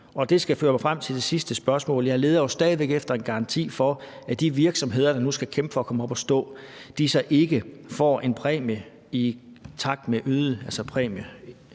Det skal føre mig frem til det sidste spørgsmål, for jeg leder jo stadig efter en garanti for, at de virksomheder, der nu skal kæmpe for at komme op at stå, ikke får en – i gåseøjne